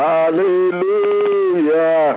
Hallelujah